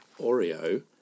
Oreo